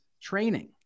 training